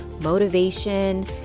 motivation